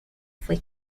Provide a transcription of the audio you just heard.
fue